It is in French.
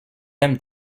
aiment